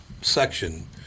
section